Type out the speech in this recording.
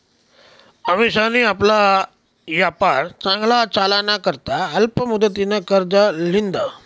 अमिशानी आपला यापार चांगला चालाना करता अल्प मुदतनं कर्ज ल्हिदं